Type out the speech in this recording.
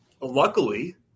luckily –